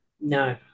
No